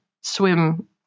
swim